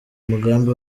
mugambi